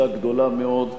גדולה מאוד,